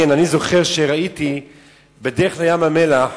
זוכר שראיתי בדרך לים-המלח